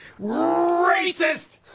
Racist